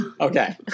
Okay